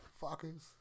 Fuckers